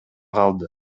калды